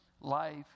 life